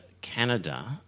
Canada